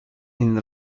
این